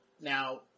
Now